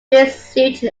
jesuit